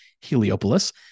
Heliopolis